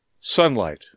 SUNLIGHT